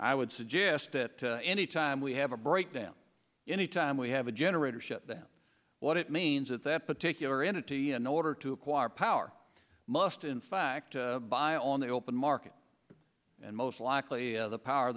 i would suggest that any time we have a breakdown anytime we have a generator shutdown what it means at that particular entity in order to acquire power must in fact buy on the open market and most likely the power